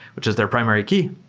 which is their primary key,